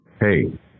Hey